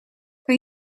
kan